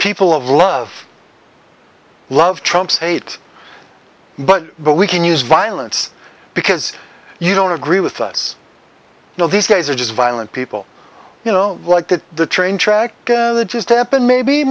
people of love love trumps hate but but we can use violence because you don't agree with us you know these guys are just violent people you know like that the train track just happened maybe